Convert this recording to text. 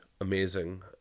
amazing